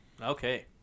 Okay